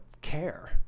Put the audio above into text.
care